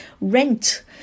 Rent